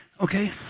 okay